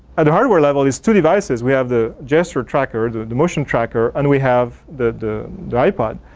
at hardware level is two devices we have the gesture tracker, the the motion tracker and we have the the ipod.